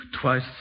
twice